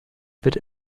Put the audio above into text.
wird